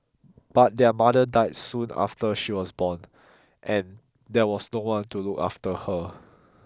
but their mother die soon after she was born and there was no one to look after her